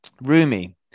Rumi